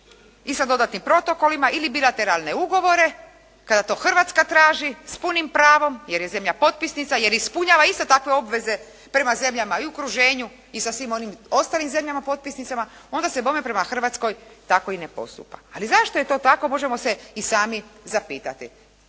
i sa dodatnim protokolima ili bilateralne ugovore, kada to Hrvatska traži s punim prvom, jer je zemlja potpisnica, jer ispunjava iste takve obveze prema zemljama i u okruženju i sa svim onim zemljama potpisnicama, onda se bome prema Hrvatskoj tako i ne postupa. Ali zašto je to tako možemo se i sami zapitati?